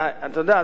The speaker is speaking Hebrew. אתה יודע,